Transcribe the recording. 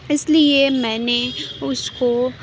اس لیے میں نے اس کو